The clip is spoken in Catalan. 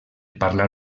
parlar